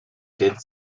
did